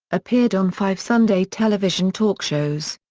appeared on five sunday television talk shows.